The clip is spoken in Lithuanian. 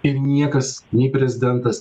ir niekas nei prezidentas